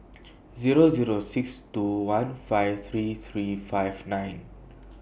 Zero Zero six two one five three three five nine